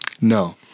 no